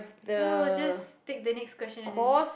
no just take the next question and then